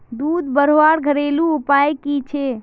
दूध बढ़वार घरेलू उपाय की छे?